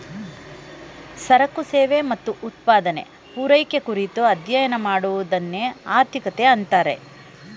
ಸರಕು ಸೇವೆ ಮತ್ತು ಉತ್ಪಾದನೆ, ಪೂರೈಕೆ ಕುರಿತು ಅಧ್ಯಯನ ಮಾಡುವದನ್ನೆ ಆರ್ಥಿಕತೆ ಅಂತಾರೆ